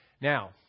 now